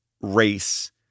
race